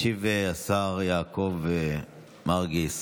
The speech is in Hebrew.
ישיב השר יעקב מרגי,